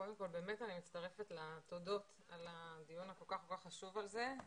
אני מצטרפת לתודות על הדיון הכול כך חשוב הזה.